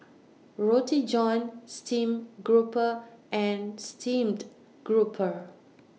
Roti John Stream Grouper and Steamed Grouper